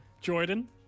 Jordan